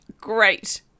Great